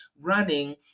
running